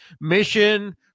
Mission